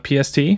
PST